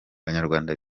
banyarwanda